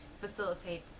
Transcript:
facilitate